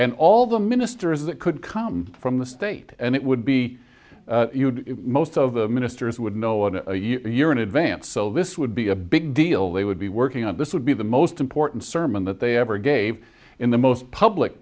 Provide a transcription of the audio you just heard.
and all the ministers that could come from the state and it would be most of the ministers would know in a year in advance so this would be a big deal they would be working on this would be the most important sermon that they ever gave in the most public